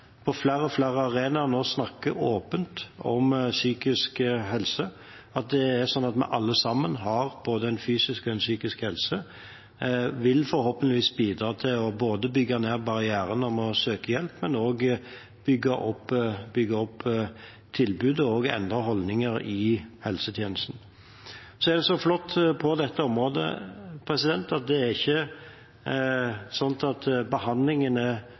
på flere og flere arenaer nå snakker åpent om psykisk helse, og at vi alle har både en psykisk og en fysisk helse, vil forhåpentligvis bidra til både å bygge ned barrieren om å søke hjelp og også å bygge opp tilbudet og endre holdninger i helsetjenesten. Så er det så flott på dette området at det ikke er slik at behandlingen er